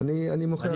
אני מוחה על כך.